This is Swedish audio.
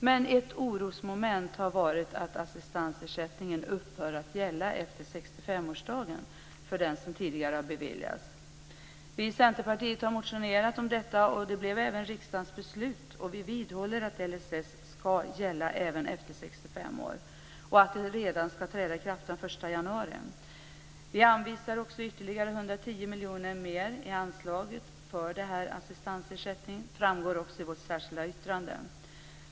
Men ett orosmoment har varit att assistansersättningen upphör att gälla efter 65-årsdagen. Vi i Centerpartiet har motionerat om ett borttagande av detta, och det blev även riksdagens beslut. Vi vidhåller att LSS ska gälla även efter 65 år och att detta ska träda i kraft redan den 1 januari. Vi anvisar också ytterligare 110 miljoner i anslag för assistansersättningen. Det framgår också av vårt särskilda yttrande.